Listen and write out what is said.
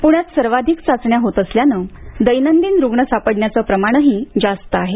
पुण्यात सर्वाधिक चाचण्या होत असल्यानं दैनंदिन रुग्ण सापडण्याचं प्रमाणही जास्त आहे